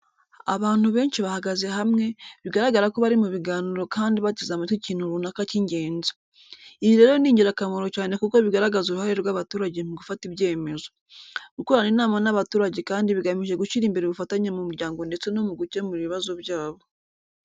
Abantu benshi bahagaze hamwe, bigaragara ko bari mu biganiro kandi bateze amatwi ikintu runaka cy’ingenzi. Ibi rero ni ingirakamaro cyane kuko bigaragaza uruhare rw’abaturage mu gufata ibyemezo. Gukorana inama n’abaturage kandi bigamije gushyira imbere ubufatanye mu muryango ndetse no mu gukemura ibibazo byabo.